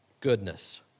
goodness